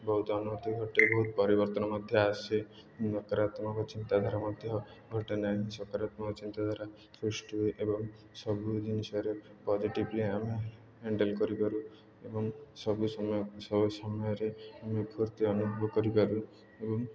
ବହୁତ ଅନୁଭୂତି ଘଟେ ବହୁତ ପରିବର୍ତ୍ତନ ମଧ୍ୟ ଆସେ ନକାରାତ୍ମକ ଚିନ୍ତାଧାରା ମଧ୍ୟ ଘଟେ ନାହିଁ ସକାରାତ୍ମକ ଚିନ୍ତାଧାରା ସୃଷ୍ଟି ହୁଏ ଏବଂ ସବୁ ଜିନିଷରେ ପଜିଟିଭ୍ଲି ଆମେ ହ୍ୟାଣ୍ଡେଲ କରିପାରୁ ଏବଂ ସବୁ ସମୟ ସମୟରେ ଆମେ ଫୁର୍ତ୍ତି ଅନୁଭବ କରିପାରୁ ଏବଂ